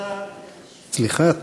סליחה.